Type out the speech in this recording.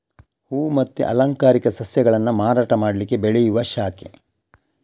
ಹೂವು ಮತ್ತೆ ಅಲಂಕಾರಿಕ ಸಸ್ಯಗಳನ್ನ ಮಾರಾಟ ಮಾಡ್ಲಿಕ್ಕೆ ಬೆಳೆಯುವ ಶಾಖೆ